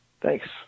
Thanks